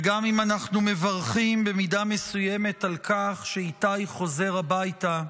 וגם אם אנחנו מברכים במידה מסוימת על כך שאיתי חוזר הביתה,